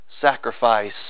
sacrifice